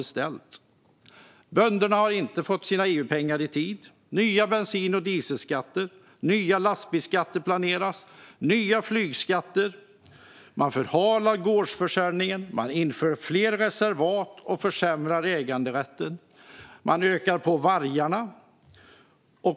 Utöver att bönderna inte har fått sina EU-pengar i tid har vi nya bensin och dieselskatter, nya planerade lastbilsskatter, nya flygskatter, förhalad gårdsförsäljning, fler reservat, försämrad äganderätt och fler vargar.